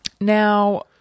Now